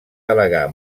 delegar